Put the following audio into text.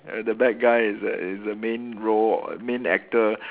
err the bad guy is the is the main role main actor